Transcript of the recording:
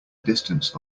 distance